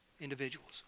individuals